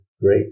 great